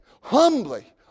humbly